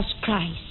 Christ